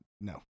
no